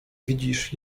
widzisz